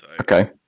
Okay